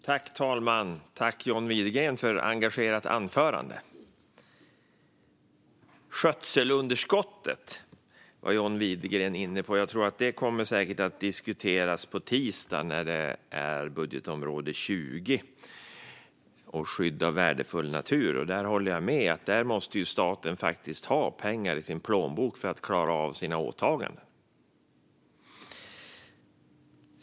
Fru talman! Tack för ett engagerat anförande, John Widegren! Skötselunderskottet var John Widegren inne på. Jag tror att det säkert kommer att diskuteras på tisdag, när utgiftsområde 20 och skydd av värdefull natur ska behandlas. Jag håller med om att staten faktiskt måste ha pengar i sin plånbok för att klara av sina åtaganden.